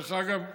ודרך אגב,